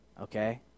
okay